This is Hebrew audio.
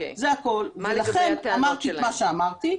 לכן אמרתי את מה שאמרתי.